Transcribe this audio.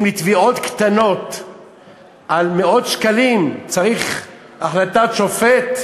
אם בתביעות קטנות על מאות שקלים צריך החלטת שופט,